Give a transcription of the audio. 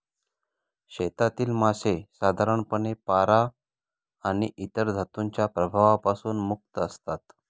शेतातील मासे साधारणपणे पारा आणि इतर धातूंच्या प्रभावापासून मुक्त असतात